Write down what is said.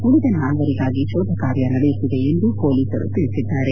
ಉಳಿದ ನಾಲ್ವರಿಗಾಗಿ ಶೋಧ ಕಾರ್ಯ ನಡೆಯುತ್ತಿದೆ ಎಂದು ಪೊಲೀಸರು ತಿಳಿಸಿದ್ದಾರೆ